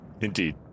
Indeed